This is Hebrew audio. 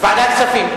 ועדת הכספים.